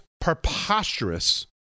preposterous